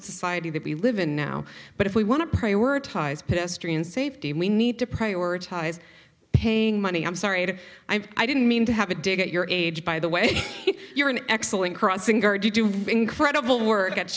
society that we live in now but if we want to prioritize pedestrian safety we need to prioritize paying money i'm sorry that i didn't mean to have a dig at your age by the way you're an excellent crossing guard you do incredible work at